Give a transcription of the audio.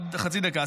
עוד חצי דקה,